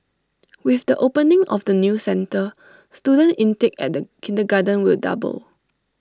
with the opening of the new centre student intake at the kindergarten will double